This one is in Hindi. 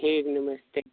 ठीक नमस्ते